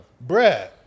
Brad